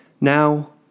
Now